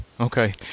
Okay